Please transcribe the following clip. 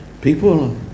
people